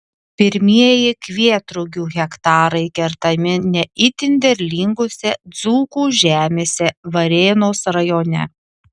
pirmieji kvietrugių hektarai kertami ne itin derlingose dzūkų žemėse varėnos rajone